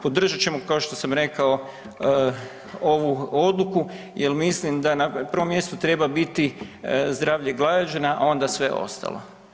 Podržat ćemo kao što sam rekao ovu odluku jer mislim da na prvom mjestu treba biti zdravlje građana, a onda sve ostalo.